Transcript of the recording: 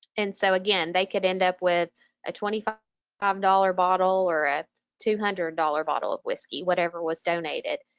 and so again, they could end up with a twenty five um dollars bottle or a two hundred dollars bottle of whiskey, whatever was donated.